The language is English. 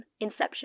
Inception